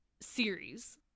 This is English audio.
series